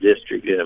district